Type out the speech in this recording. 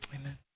Amen